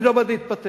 אני לא בעד להתפטר.